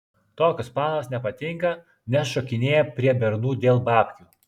tokios panos nepatinka nes šokinėja prie bernų dėl babkių